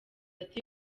ati